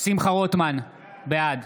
שמחה רוטמן, בעד